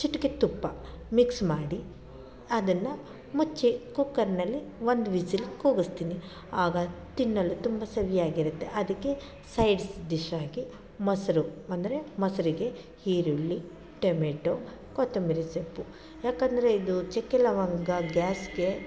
ಚಿಟಿಕೆ ತುಪ್ಪ ಮಿಕ್ಸ್ ಮಾಡಿ ಅದನ್ನು ಮುಚ್ಚಿ ಕುಕ್ಕರಿನಲ್ಲಿ ಒಂದು ವಿಝಿಲ್ ಕೂಗಿಸ್ತೀನಿ ಆಗ ತಿನ್ನಲು ತುಂಬ ಸವಿಯಾಗಿರುತ್ತೆ ಅದಕ್ಕೆ ಸೈಡ್ಸ್ ಡಿಶ್ ಆಗಿ ಮೊಸರು ಅಂದರೆ ಮೊಸರಿಗೆ ಈರುಳ್ಳಿ ಟೆಮೇಟೊ ಕೊತ್ತಂಬರಿ ಸೊಪ್ಪು ಯಾಕೆಂದರೆ ಇದು ಚಕ್ಕೆ ಲವಂಗ ಗ್ಯಾಸಿಗೆ